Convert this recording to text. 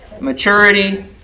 maturity